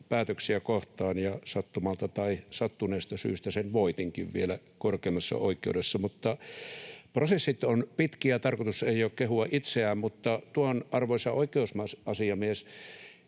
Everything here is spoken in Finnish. päätöksiä kohtaan, ja sattumalta tai sattuneesta syystä sen voitinkin vielä korkeimmassa oikeudessa. Prosessit ovat pitkiä, tarkoitus ei ole kehua itseä, mutta tuon esille, arvoisa oikeusasiamies,